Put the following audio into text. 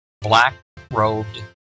black-robed